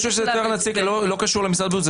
זה לא קשור למשרד הבריאות,